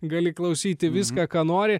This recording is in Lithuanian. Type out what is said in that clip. gali klausyti viską ką nori